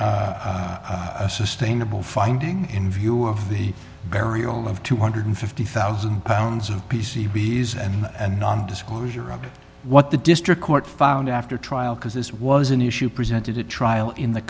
i sustain a bill finding in view of the burial of two one hundred and fifty thousand pounds of p c b s and a non disclosure of what the district court found after trial because this was an issue presented at trial in the